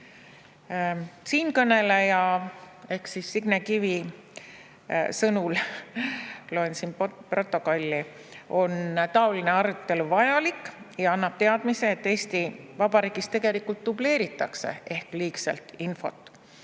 Siinkõneleja ehk Signe Kivi sõnul – loen siin protokolli – on taoline arutelu vajalik ja annab teadmise, et Eesti Vabariigis tegelikult dubleeritakse ehk infot